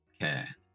care